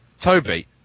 Toby